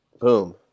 boom